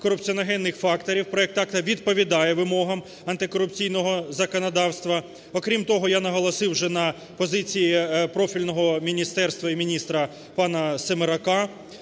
корупціоногенних факторів, проект акта відповідає вимогам антикорупційного законодавства. Окрім того, я наголосив вже на позиції профільного міністерства і міністра пана Семерака.